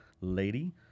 lady